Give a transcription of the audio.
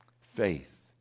faith